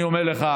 אני אומר לך,